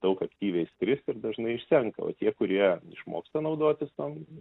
daug aktyviai skrist ir dažnai išsenka o tie kurie išmoksta naudotis tom